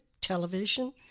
television